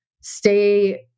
stay